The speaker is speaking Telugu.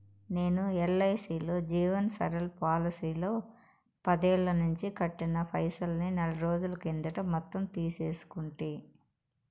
నేను ఎల్ఐసీలో జీవన్ సరల్ పోలసీలో పదేల్లనించి కట్టిన పైసల్ని నెలరోజుల కిందట మొత్తం తీసేసుకుంటి